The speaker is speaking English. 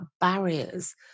barriers